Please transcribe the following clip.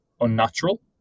unnatural